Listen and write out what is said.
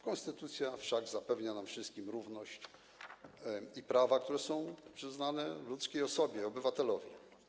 Konstytucja wszak zapewnia nam wszystkim równość i prawa, które są przyznane ludzkiej osobie, obywatelowi.